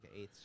eighth